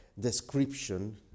description